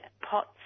pots